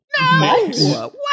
No